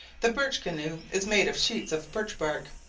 the birch canoe is made of sheets of birch bark,